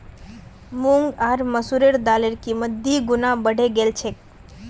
मूंग आर मसूरेर दालेर कीमत दी गुना बढ़े गेल छेक